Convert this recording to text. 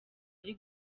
ari